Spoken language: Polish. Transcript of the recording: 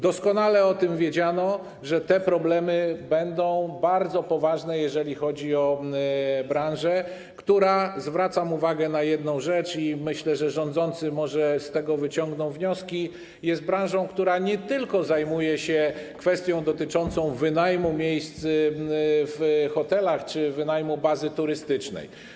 Doskonale wiedziano, że te problemy będą bardzo poważne, jeżeli chodzi o branżę, która - zwracam uwagę na jedną rzecz i myślę, że rządzący może z tego wyciągną wnioski - jest branżą zajmującą się nie tylko kwestią dotyczącą wynajmu miejsc w hotelach czy wynajmu bazy turystycznej.